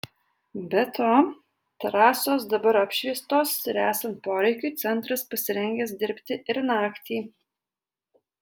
be to trasos dabar apšviestos ir esant poreikiui centras pasirengęs dirbti ir naktį